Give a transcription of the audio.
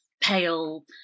pale